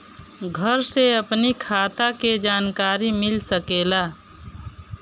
घर से अपनी खाता के जानकारी मिल सकेला?